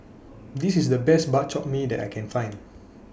This IS The Best Bak Chor Mee that I Can Find